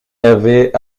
avait